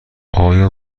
آیا